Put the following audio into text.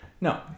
no